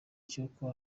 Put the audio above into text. cy’uko